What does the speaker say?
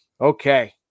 okay